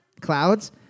Clouds